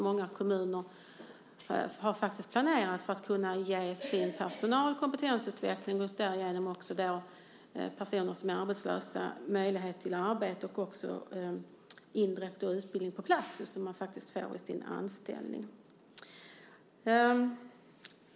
Många kommuner har ju planerat för det, just för att kunna ge sin personal kompetensutveckling, och därigenom ge arbetslösa personer möjlighet till arbete och indirekt även till utbildning på plats, vilket man faktiskt får i sin anställning.